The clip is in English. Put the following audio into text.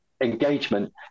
Engagement